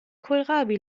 kohlrabi